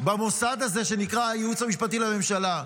במוסד הזה שנקרא הייעוץ המשפטי לממשלה.